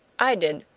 i did.